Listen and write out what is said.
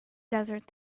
desert